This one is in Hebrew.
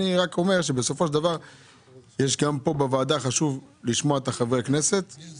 אני רק אומר שבסופו של דבר חשוב לשמוע את חברי הכנסת שנמצאים בוועדה.